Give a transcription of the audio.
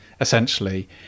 essentially